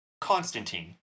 Constantine